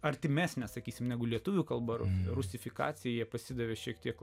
artimesnė sakysime negu lietuvių kalba rusifikacijai jie pasidavė šiek tiek